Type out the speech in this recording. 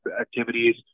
activities